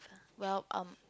well um